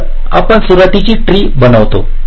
तर आपण सुरुवातीची ट्री बनवतो